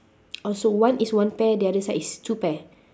oh so one is one pair the other side is two pair